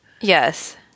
Yes